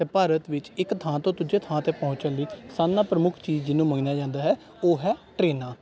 ਅਤੇ ਭਾਰਤ ਵਿੱਚ ਇੱਕ ਥਾਂ ਤੋਂ ਦੂਜੇ ਥਾਂ 'ਤੇ ਪਹੁੰਚਣ ਲਈ ਸਾਨੂੰ ਪ੍ਰਮੁੱਖ ਚੀਜ਼ ਜਿਹਨੂੰ ਮੰਨਿਆ ਜਾਂਦਾ ਹੈ ਉਹ ਹੈ ਟਰੇਨਾਂ